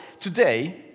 today